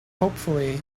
hopefully